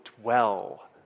dwell